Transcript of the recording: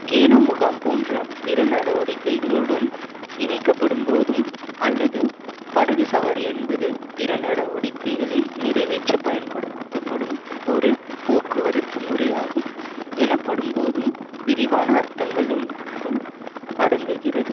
canoe முகாம் போன்ற பிற நடவடிக்கைகளுடன் இணைக்கப்படும் போதும் அல்லது படகு சவாரி என்பது பிற நடவடிக்கைகளை நிறைவேற்ற பயன்படுத்தப்படும் ஒரு போக்குவரத்து முறையாகும் எனப்படும்போதும் விரிவான அர்த்தங்களுக்குள் அடங்குகிறது